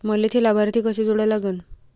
मले थे लाभार्थी कसे जोडा लागन?